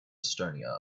estonia